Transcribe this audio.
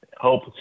help